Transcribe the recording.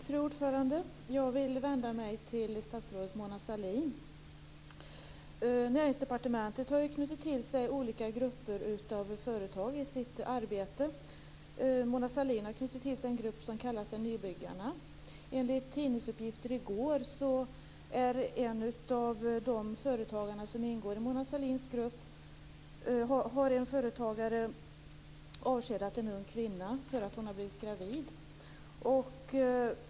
Fru talman! Jag vill vända mig till statsrådet Mona Sahlin. Näringsdepartementet har ju knutit till sig olika grupper av företag i sitt arbete. Mona Sahlin har knutit till sig en grupp som kallar sig Nybyggarna. Enligt tidningsuppgifter från i går har en av de företagare som ingår i Mona Sahlins grupp avskedat en ung kvinna för att hon var gravid.